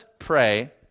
pray